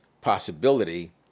possibility